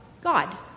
God